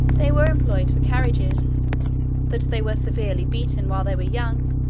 they were employed for carriages that they were severely beaten, while they were young,